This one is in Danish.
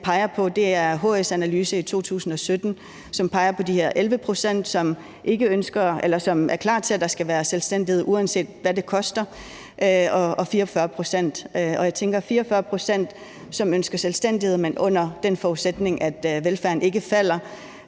peger på, er HS Analyse fra 2017, som peger på, at der er de her 11 pct., som er klar til, at der skal være selvstændighed, uanset hvad det koster, og der er 44 pct., som ønsker selvstændighed, men under den forudsætning, at velfærden ikke falder,